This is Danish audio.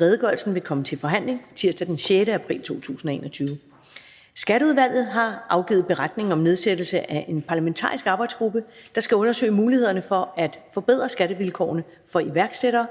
Redegørelsen vil komme til forhandling tirsdag den 6. april 2021. Skatteudvalget har afgivet: Beretning (Nedsættelse af en parlamentarisk arbejdsgruppe, der skal undersøge mulighederne for at forbedre skattevilkårene for iværksættere).